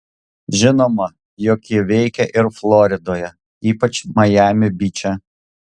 žinoma jog ji veikia ir floridoje ypač majami byče